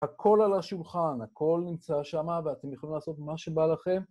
הכל על השולחן, הכל נמצא שמה ואתם יכולים לעשות מה שבא לכם